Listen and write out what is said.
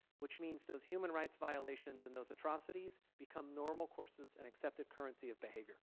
which means those human rights violations and those atrocities become normal courses and accepted currency of behavior.